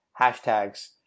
hashtags